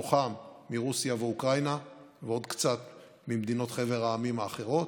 מתוכם מרוסיה ואוקראינה ועוד קצת ממדינות חבר העמים האחרות,